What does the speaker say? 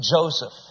Joseph